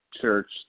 church